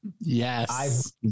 Yes